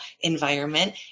environment